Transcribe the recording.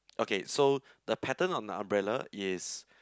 okay so the pattern on the umbrella is